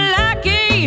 lucky